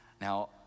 Now